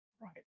Right